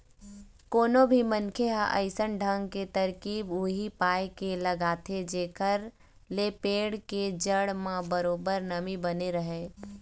कोनो भी मनखे ह अइसन ढंग के तरकीब उही पाय के लगाथे जेखर ले पेड़ के जड़ म बरोबर नमी बने रहय